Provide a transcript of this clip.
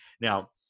Now